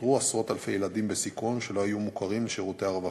ואותרו עשרות-אלפי ילדים בסיכון שלא היו מוכרים לשירותי הרווחה.